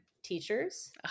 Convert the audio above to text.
Teachers